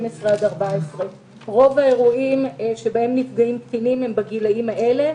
14. רוב האירועים שבהם נפגעים קטינים הם בגילאים האלה,